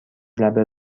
لبه